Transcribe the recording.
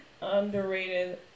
Underrated